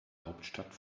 hauptstadt